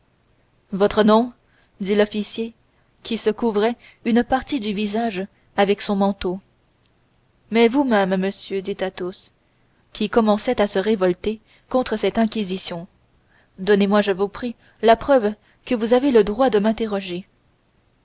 votre nom dit l'officier qui se couvrait une partie du visage avec son manteau mais vous-même monsieur dit athos qui commençait à se révolter contre cette inquisition donnez-moi je vous prie la preuve que vous avez le droit de m'interroger